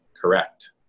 correct